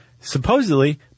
supposedly